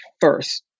first